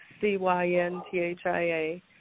C-Y-N-T-H-I-A